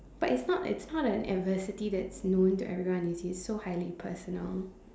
but it's not it's not an adversity that's knowing to everyone if it's so highly personal